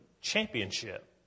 championship